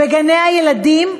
בגני-הילדים,